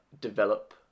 develop